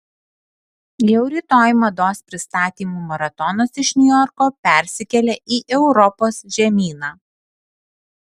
jau rytoj mados pristatymų maratonas iš niujorko persikelia į europos žemyną